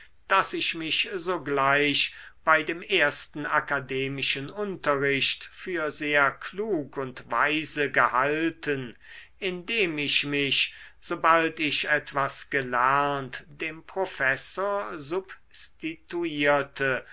daß ich mich sogleich bei dem ersten akademischen unterricht für sehr klug und weise gehalten indem ich mich sobald ich etwas gelernt dem professor